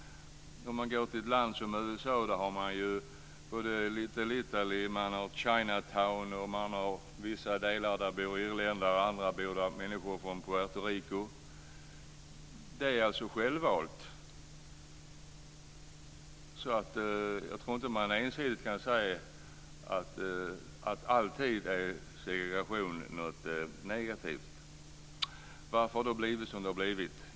I ett land som USA har man både Little Italy och Chinatown. I vissa delar bor irländare och i andra människor från Puerto Rico. Det är alltså självvalt. Jag tror inte att man ensidigt kan säga att segregation alltid är något negativt. Varför har det då blivit som det har blivit?